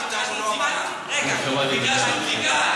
ביקשנו בדיקה.